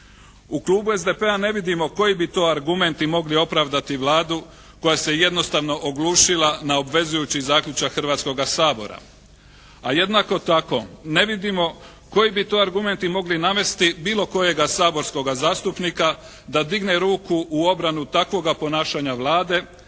U klubu SDP-a ne vidimo koji bi to argumenti mogli opravdati Vladu koja se jednostavno oglušila na obvezujući zaključak Hrvatskoga sabora. A jednako tako ne vidimo koji bi to argumenti mogli navesti bilo kojega saborskog zastupnika da digne ruku u obranu takvoga ponašanja Vlade,